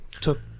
Took